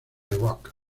rock